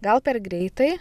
gal per greitai